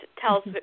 tells